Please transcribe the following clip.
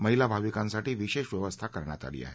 महिला भाविकांसाठी विशेष व्यवस्था करण्यात आली आहे